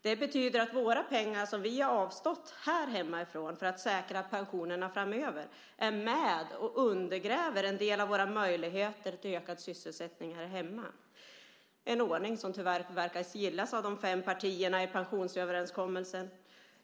Det betyder att våra pengar som vi har avstått från för att säkra pensionerna framöver är med och undergräver en del av våra möjligheter till ökad sysselsättning här hemma - en ordning som tyvärr verkar gillas av de fem partierna bakom pensionsöverenskommelsen.